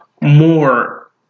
More